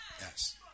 Yes